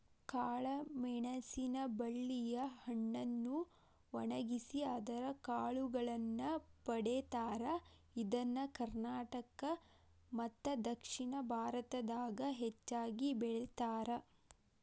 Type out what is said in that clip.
ಕಾಳಮೆಣಸಿನ ಬಳ್ಳಿಯ ಹಣ್ಣನ್ನು ಒಣಗಿಸಿ ಅದರ ಕಾಳುಗಳನ್ನ ಪಡೇತಾರ, ಇದನ್ನ ಕರ್ನಾಟಕ ಮತ್ತದಕ್ಷಿಣ ಭಾರತದಾಗ ಹೆಚ್ಚಾಗಿ ಬೆಳೇತಾರ